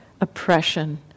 oppression